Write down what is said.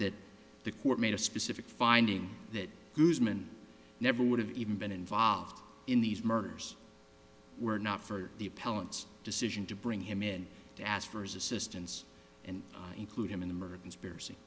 that the court made a specific finding that boozman never would have even been involved in these murders were not for the appellants decision to bring him in to ask for his assistance and include him in the murder conspiracy